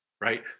right